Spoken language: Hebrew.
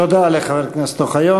תודה לחבר הכנסת אוחיון.